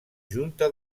junta